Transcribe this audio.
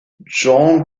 john